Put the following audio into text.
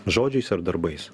žodžiais ar darbais